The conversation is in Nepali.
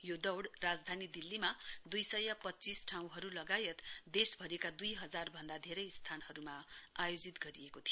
यो दौडे राजधानी दिल्लीमा दुई सय पच्चीस ठाउँहरू लगायत देशभरिका दुई हजार भन्दा धेरै स्थानहरूमा आयोजित गरिएको थियो